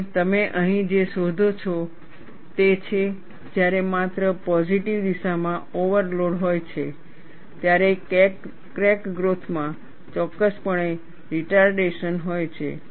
અને તમે અહીં જે શોધો છો તે છે જ્યારે માત્ર પોઝિટિવ દિશામાં ઓવરલોડ હોય છે ત્યારે ક્રેક ગ્રોથ માં ચોક્કસપણે રિટારડેશન હોય છે